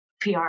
pr